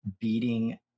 beating